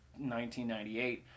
1998